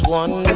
one